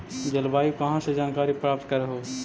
जलवायु कहा से जानकारी प्राप्त करहू?